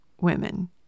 women